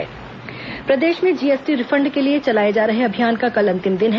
GST refund प्रदेश में GST refund के लिए चलाए जा रहे अभियान का कल अंतिम दिन है